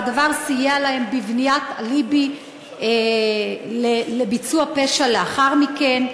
והדבר סייע להם בבניית אליבי לביצוע פשע לאחר מכן.